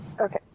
okay